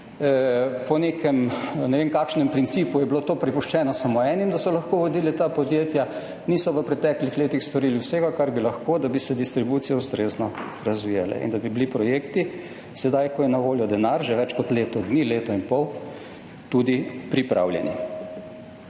po nekem, ne vem kakšnem, principu je bilo to prepuščeno samo enim, da so lahko vodili ta podjetja, niso v preteklih letih storili vsega, kar bi lahko, da bi se distribucije ustrezno razvijale in da bi bili projekti, sedaj ko je na voljo denar, že več kot leto dni, leto in pol, tudi pripravljeni.